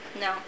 No